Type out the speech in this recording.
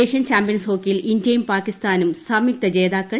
Asian champions ഹോക്കിയിൽ ഇന്ത്യയും പാകിസ്ഥാനും സംയുക്ത ജേതാക്കൾ